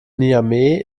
niamey